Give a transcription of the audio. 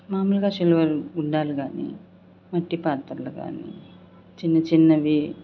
మామూలుగా సిల్వర్ గుండాలు కానీ మట్టి పాత్రలు కానీ చిన్నచిన్నవి